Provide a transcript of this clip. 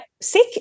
sick